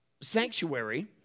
sanctuary